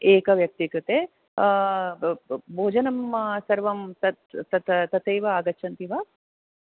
एकव्यक्तिकृते भोजनं सर्वं त तथैव आगच्छन्ति वा